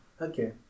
okay